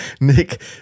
Nick